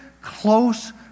close